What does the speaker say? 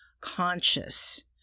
conscious